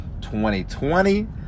2020